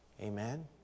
Amen